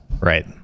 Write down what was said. Right